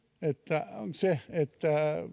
se että